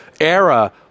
era